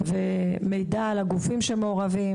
ומידע על הגופים המעורבים.